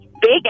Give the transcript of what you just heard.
big